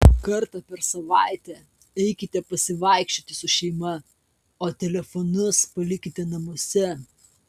kartą per savaitę eikite pasivaikščioti su šeima o telefonus palikite namuose